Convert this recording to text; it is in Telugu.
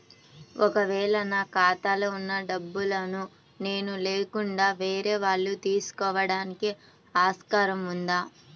ఒక వేళ నా ఖాతాలో వున్న డబ్బులను నేను లేకుండా వేరే వాళ్ళు తీసుకోవడానికి ఆస్కారం ఉందా?